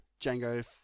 Django